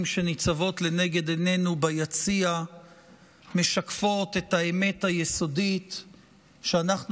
שניצבות לנגד עינינו ביציע משקפות את האמת היסודית שאנחנו